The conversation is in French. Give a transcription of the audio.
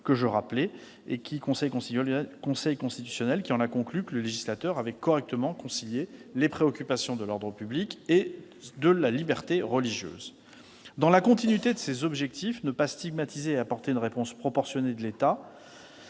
été relevé par le Conseil constitutionnel, qui en a conclu que le législateur avait correctement concilié les préoccupations de l'ordre public et de la liberté religieuse. Dans la continuité de ces objectifs- ne pas stigmatiser et apporter une réponse proportionnée de l'État